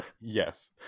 Yes